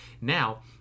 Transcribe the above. Now